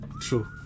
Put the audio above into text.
true